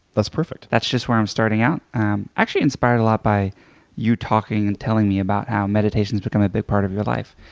that's perfect. that's just where i'm starting out. i'm actually inspired a lot by you talking and telling me about how meditation has become a big part of your life.